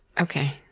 Okay